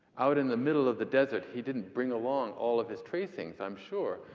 out in the middle of the desert, he didn't bring along all of his tracings, i'm sure,